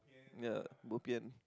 ya bo pian